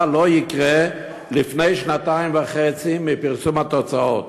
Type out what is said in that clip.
לא תקרה לפני שנתיים וחצי מפרסום התוצאות.